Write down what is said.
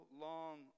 long